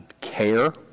care